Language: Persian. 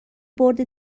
برد